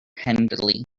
hendley